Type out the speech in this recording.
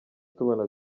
tubona